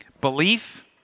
Belief